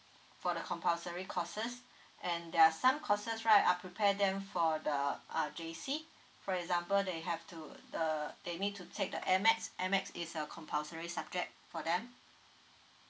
for the compulsory courses and there are some courses right are prepare them for the uh J_C for example they have to the they need to take the A maths A maths is a compulsory subject for them